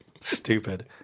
stupid